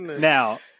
Now